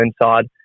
inside